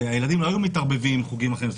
הילדים לא היו מתערבבים עם חוגים אחרים.